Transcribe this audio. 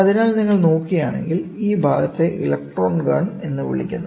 അതിനാൽ നിങ്ങൾ നോക്കുകയാണെങ്കിൽ ഈ ഭാഗത്തെ ഇലക്ട്രോൺ ഗൺ എന്ന് വിളിക്കുന്നു